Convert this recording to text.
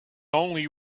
only